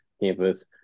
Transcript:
campus